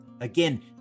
Again